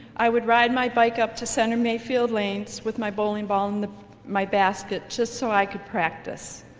i would ride my bike up to center mayfield lanes with my bowling ball in the my basket, just so i could practice.